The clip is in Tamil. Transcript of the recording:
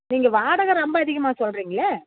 நீங்கள் வாடகை ரொம்ப அதிகமாக சொல்கிறிங்களே